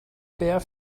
bare